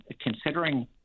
considering